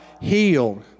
healed